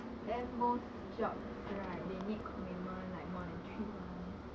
then most jobs right they need commitment like more than three months